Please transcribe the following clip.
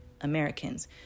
americans